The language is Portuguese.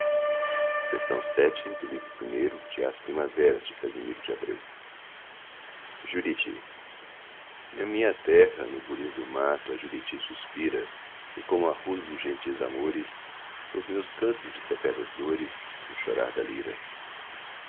resume e a era de asimiro de breu juriti a minha terra no bulir do mato a juriti suspira e como o arrulo dos gentis amores são os meus cantos de secretas dores no chorar da lira